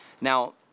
Now